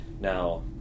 Now